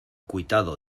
cuitado